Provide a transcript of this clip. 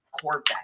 Corvette